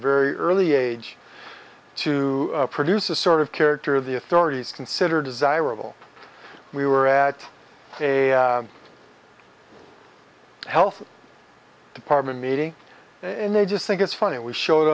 very early age to produce a sort of character the authorities consider desirable we were at a health department meeting in they just think it's funny we showed